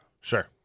Sure